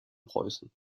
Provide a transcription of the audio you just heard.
preußen